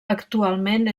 actualment